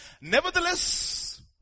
Nevertheless